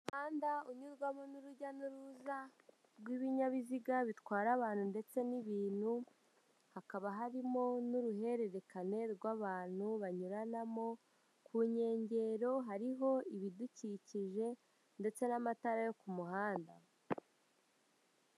Umuhanda unyurwamo n'urujya n'uruza rw'ibinyabiziga bitwara abantu ndetse n'ibintu hakaba harimo n'uruhererekane rw'abantu banyuranamo ku nkengero hariho ibidukikije ndetse n'amatara yo ku muhanda.